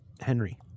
Henry